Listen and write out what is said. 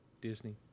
Disney